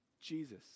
Jesus